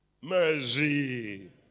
Mercy